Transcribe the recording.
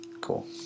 cool